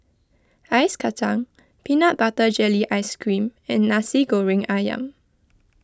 Ice Kacang Peanut Butter Jelly Ice Cream and Nasi Goreng Ayam